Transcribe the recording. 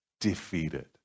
defeated